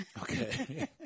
Okay